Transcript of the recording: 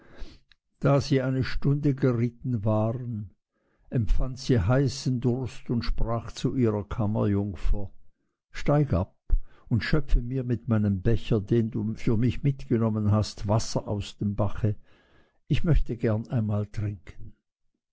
da sie eine stunde geritten waren empfand sie heißen durst und sprach zu ihrer kammerjungfer steig ab und schöpfe mir mit meinem becher den du für mich mitgenommen hast wasser aus dem bache ich möchte gern einmal trinken